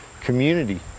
community